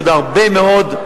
יש עוד הרבה מאוד,